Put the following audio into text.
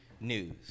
news